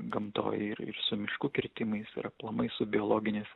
gamtoj ir ir su miškų kirtimais ir aplamai su biologinės